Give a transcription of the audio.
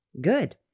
good